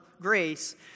grace